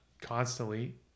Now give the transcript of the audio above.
constantly